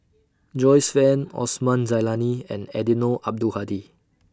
Joyce fan Osman Zailani and Eddino Abdul Hadi